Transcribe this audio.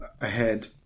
ahead